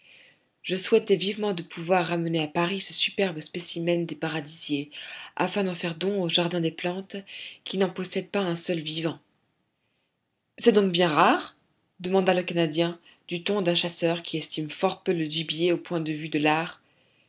je souhaitais vivement de pouvoir ramener à paris ce superbe spécimen des paradisiers afin d'en faire don au jardin des plantes qui n'en possède pas un seul vivant c'est donc bien rare demanda le canadien du ton d'un chasseur qui estime fort peu le gibier au point de vue de l'art